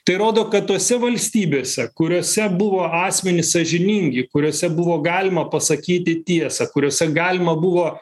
tai rodo kad tose valstybėse kuriose buvo asmenys sąžiningi kuriose buvo galima pasakyti tiesą kuriose galima buvo